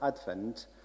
Advent